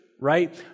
Right